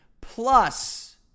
plus